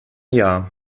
jahr